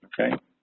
okay